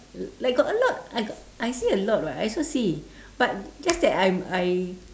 like got a lot I got I see a lot [what] I also see but just that I'm I